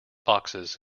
boxes